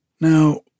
Now